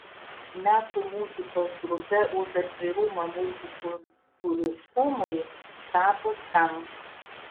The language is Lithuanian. metų muzikos grupe už atvirumą multikultūriškumui tapo skamp